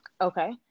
Okay